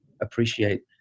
appreciate